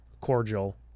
cordial